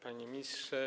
Panie Ministrze!